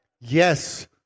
yes